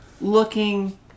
looking